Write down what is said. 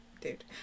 dude